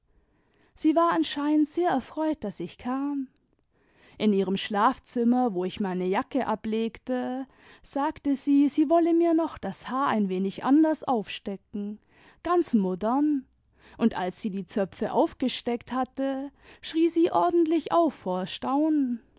sie war anscheinend sehr erfreut daß ich kam in ihrem schlafzimmer wo ich meine jacke ablegte sagte sie sie wolle mir noch das haar ein wenig anders aufstecken ganz modern und als sie die zöpfe aufgesteckt hatte schrie sie ordentlich auf